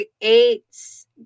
creates